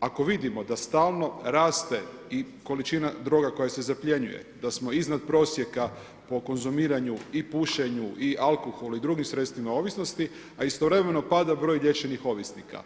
ako vidimo da stalno raste i količina droga koja se zapljenjuje, da smo iznad prosjeka po konzumiranju i pušenju i alkohola i drugim sredstvima ovisnosti, a istovremeno pada broj liječenih ovisnika.